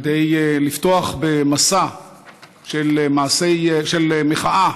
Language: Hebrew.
כדי לפתוח במסע של מחאה